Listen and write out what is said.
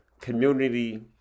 community